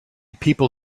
people